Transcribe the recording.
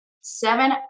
seven